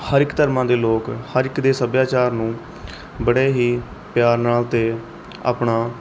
ਹਰ ਇੱਕ ਧਰਮਾਂ ਦੇ ਲੋਕ ਹਰ ਇੱਕ ਦੇ ਸੱਭਿਆਚਾਰ ਨੂੰ ਬੜੇ ਹੀ ਪਿਆਰ ਨਾਲ ਅਤੇ ਆਪਣਾ